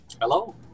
Hello